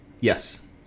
Yes